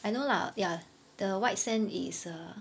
I know lah ya the white sand is err